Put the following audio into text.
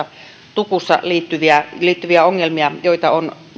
tukkuun liittyviä liittyviä ongelmia joita on